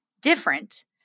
different